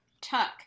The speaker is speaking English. tuck